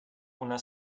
una